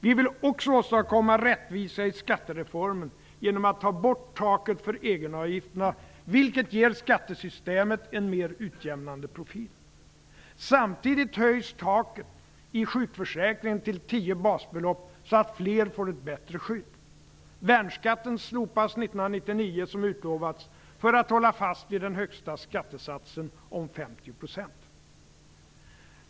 Vi vill också åstadkomma rättvisa i skattereformen genom att ta bort taket för egenavgifterna, vilket ger skattesystemet en mer utjämnande profil. Samtidigt höjs taket i sjukförsäkringen till tio basbelopp, så att fler får ett bättre skydd. Värnskatten slopas 1999 som utlovats för att man skall hålla fast vid den högsta skattesatsen om 50 %.